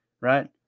right